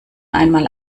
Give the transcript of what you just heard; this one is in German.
einmal